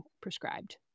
prescribed